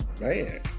man